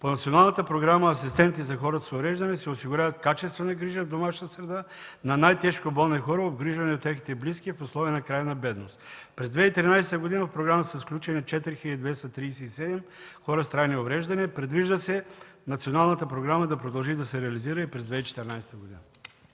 По Националната програма „Асистенти за хората с увреждания” се осигурява качествена грижа в домашна среда на най-тежко болни хора, обгрижвани от техните близки в условия на крайна бедност. През 2013 г. в програмата са включени 4 хил. 237 хора с трайни увреждания. Предвижда се националната програма да продължи да се реализира и през 2014 г.